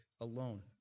alone